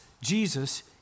Jesus